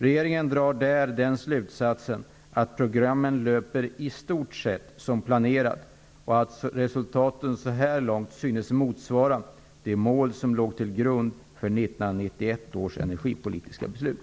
Regeringen drar där den slutsatsen att programmen löper i stort sett som planerat och att resultaten så här långt synes motsvara de mål som låg till grund för 1991 års energipolitiska beslut.